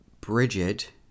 Bridget